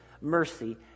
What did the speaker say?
mercy